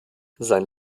sein